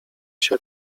się